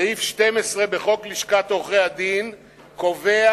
סעיף 12 בחוק לשכת עורכי-הדין קובע